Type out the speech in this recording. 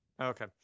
okay